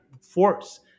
force